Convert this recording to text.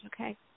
Okay